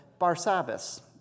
Barsabbas